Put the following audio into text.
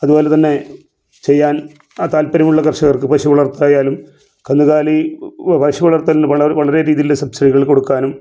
അതുപോലെ തന്നെ ചെയ്യാൻ അ താൽപ്പര്യമുള്ള കർഷകർക്ക് പശുവളർത്തായാലും കന്നുകാലി പശു വളർത്തൽന് വളരെ രീതീലുള്ള സബ്സീഡികൾ കൊടുക്കാനും